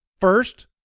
first